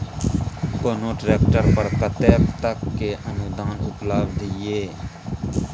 कोनो ट्रैक्टर पर कतेक तक के अनुदान उपलब्ध ये?